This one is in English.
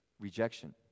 rejection